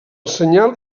senyal